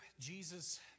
Jesus